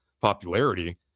popularity